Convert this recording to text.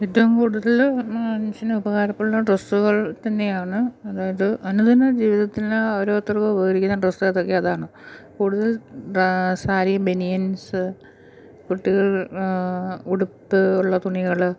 ഏറ്റവും കൂടുതൽ മനുഷ്യന് ഉപകാരമുള്ളത് ഡ്രസ്സുകൾ തന്നെയാണ് അതായത് അനുദിന ജീവിതത്തിന് ഓരോത്തർക്കും ഉപകരിക്കുന്ന ഡ്രസ്സതൊക്കെ അതാണ് കൂടുതൽ സാരീ ബനിയൻസ് കുട്ടികൾ ഉടുപ്പ് ഉള്ള തുണികൾ